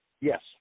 Yes